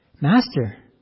Master